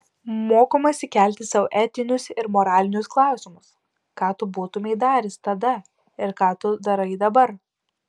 mokomasi kelti sau etinius ir moralinius klausimus ką tu būtumei daręs tada ir ką tu darai dabar